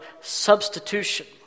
substitution